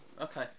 Okay